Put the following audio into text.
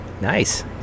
Nice